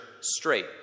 straight